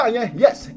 Yes